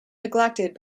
neglected